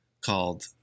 called